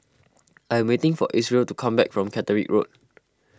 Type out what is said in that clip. I am waiting for Isreal to come back from Catterick Road